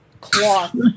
Cloth